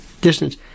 distance